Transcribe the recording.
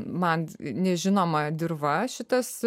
man nežinoma dirva šitas